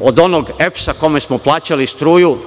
od onog EPS kome smo plaćali struju,